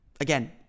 Again